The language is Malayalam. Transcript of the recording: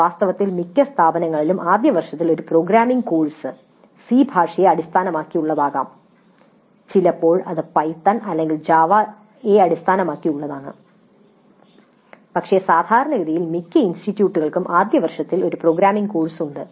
വാസ്തവത്തിൽ മിക്ക സ്ഥാപനങ്ങളിലും ആദ്യ വർഷത്തിൽ ഒരു പ്രോഗ്രാമിംഗ് കോഴ്സ് സി ഭാഷയെ അടിസ്ഥാനമാക്കിയുള്ളതാകാം ചിലപ്പോൾ ഇത് പൈത്തൺ അല്ലെങ്കിൽ ജാവയെ അടിസ്ഥാനമാക്കിയുള്ളതാണ് പക്ഷേ സാധാരണഗതിയിൽ മിക്ക ഇൻസ്റ്റിറ്റ്യൂട്ടുകൾക്കും ആദ്യ വർഷത്തിൽ ഒരു പ്രോഗ്രാമിംഗ് കോഴ്സ് ഉണ്ട്